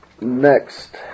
Next